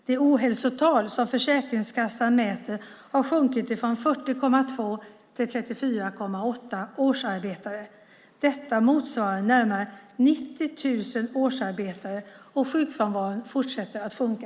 Det ohälsotal som Försäkringskassan mäter har sjunkit från 40,2 till 34,8 årsarbetare. Detta motsvarar närmare 90 000 årsarbetare - och sjukfrånvaron fortsätter att sjunka.